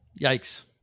Yikes